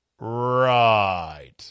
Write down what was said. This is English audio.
Right